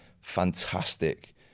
fantastic